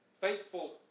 faithful